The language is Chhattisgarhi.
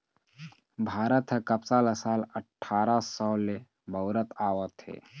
भारत ह कपसा ल साल अठारा सव ले बउरत आवत हे